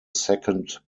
second